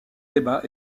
débat